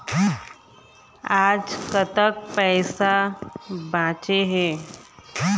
आज कतक पैसा बांचे हे?